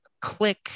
click